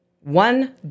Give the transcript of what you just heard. one